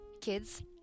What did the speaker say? kids